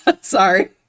Sorry